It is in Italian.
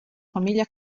famiglia